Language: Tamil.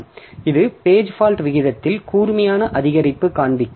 எனவே இது பேஜ் ஃபால்ட் விகிதத்தில் கூர்மையான அதிகரிப்பு காண்பிக்கும்